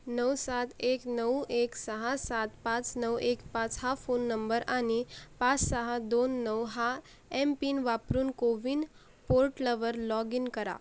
नऊ सात एक नऊ एक सहा सात पाच नऊ एक पाच हा फोन नंबर आणि पाच सहा दोन नऊ हा एमपिन वापरून कोविन पोर्ट्लवर लॉग इन करा